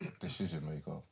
decision-maker